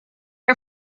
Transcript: are